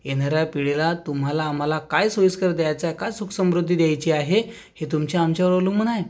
येणाऱ्या पिढीला तुम्हाला आम्हाला काय सोयीस्कर द्यायचं आहे काय सुखसमृद्धी द्यायची आहे हे तुमच्या आमच्यावर अवलंबून आहे